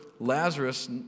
Lazarus